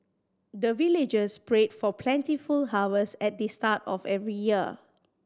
the villagers pray for plentiful harvest at the start of every year